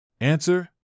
Answer